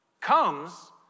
comes